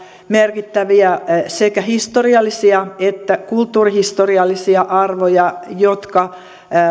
merkittäviä sekä historiallisia että kulttuurihistoriallisia arvoja jotka